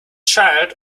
child